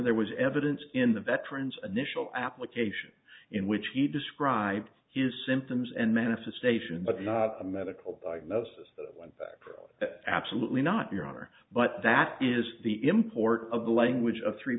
there was evidence in the veterans additional application in which he described his symptoms and manifestation but a medical diagnosis absolutely not your honor but that is the import of the language of three